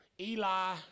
Eli